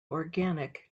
organic